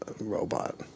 Robot